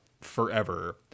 forever